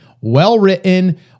Well-written